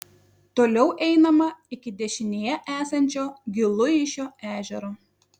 toliau einama iki dešinėje esančio giluišio ežero